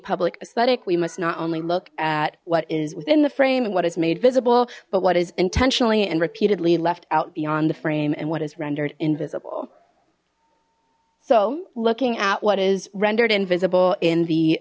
public aesthetic we must not only look at what is within the frame and what is made visible but what is intentionally and repeatedly left out beyond the frame and what is rendered invisible so looking at what is rendered invisible in the